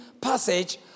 passage